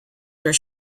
their